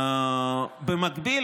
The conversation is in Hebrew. במקביל,